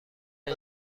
این